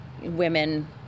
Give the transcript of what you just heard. women